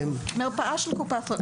מרפאה של קופת חולים.